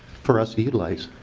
for us to utilize.